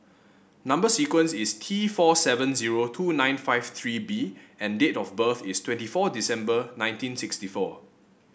number sequence is T four seven zero two nine five three B and date of birth is twenty four December nineteen sixty four